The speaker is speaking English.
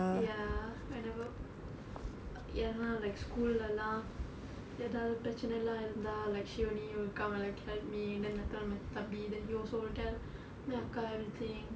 ya I never ஏனா:aenaa like school லே எல்லாம் ஏதாவது பிரச்சனை எல்லாம் இருந்தா:il ellaam aethaavathu piracchanai ellaam irunthaa like she only will come and like help me then I tell my தம்பி:thambi then he also will tell என் அக்கா:en akkaa everything then we all